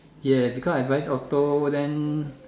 ya because I drive auto then